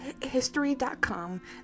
history.com